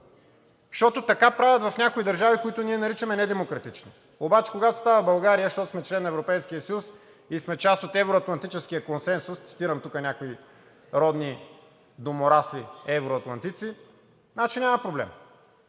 Защото така правят в някои държави, които ние наричаме недемократични. Обаче когато става дума за България, защото сме член на Европейския съюз и сме част от евро-атлантическия консенсус, цитирам тук някои родни доморасли евроатлантици, значи няма проблем.